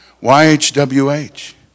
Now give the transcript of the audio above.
Y-H-W-H